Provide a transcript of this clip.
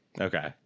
Okay